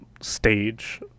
stage